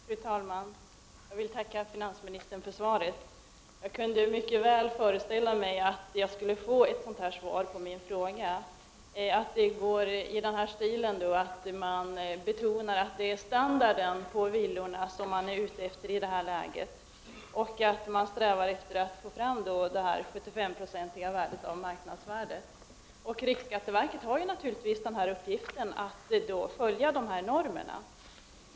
Fru talman! Jag vill tacka finansministern för svaret. Jag kunde mycket väl föreställa mig att jag på min fråga skulle få ett svar där man betonar att man utgår från standarden på villorna och att man vill åsätta dem ett marknadsvärde, nedsatt till 75 26. Riksskatteverket har naturligtvis till uppgift att följa dessa normer.